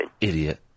Idiot